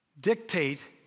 dictate